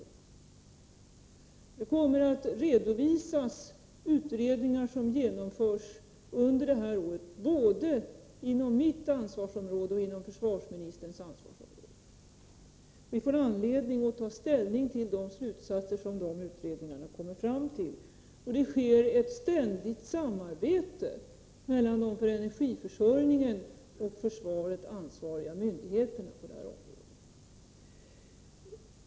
Utredningar kommer att redovisas, vilka genomförs under det här året, både inom mitt ansvarsområde och inom försvarsministerns ansvarsområde. Vi får anledning att ta ställning till de slutsatser som dessa utredningar kommer fram till. Det sker ett ständigt samarbete mellan de för energiförsörjningen och de för försvaret ansvariga myndigheterna på det här området.